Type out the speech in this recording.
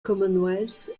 commonwealth